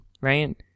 right